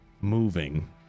moving